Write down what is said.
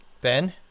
Ben